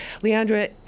Leandra